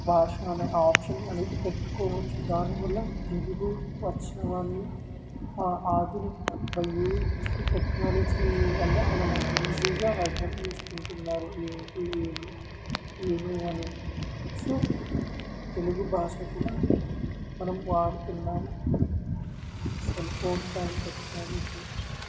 భాష అనే ఆప్షన్ అనేది పెట్టుకోవచ్చు దానివల్ల తెలుగు వచ్చిన వాళ్ళు ఆ ఆధునిక వయో టెక్నాలజీ వల్ల మనము ఈజీగా అర్థం చేసుకుంటున్నారు ఏంటి ఏమి ఏమి అని సో తెలుగు భాష కూడా మనం వాడుతున్నాము సెల్ఫోన్స్ అండ్ టెక్నాలజీ